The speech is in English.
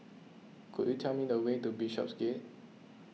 could you tell me the way to Bishopsgate